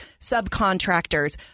subcontractors